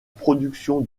production